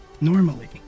Normally